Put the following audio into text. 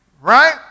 Right